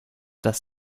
das